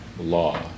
law